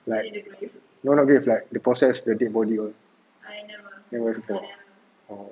like no lah have you like process the dead body all never before oh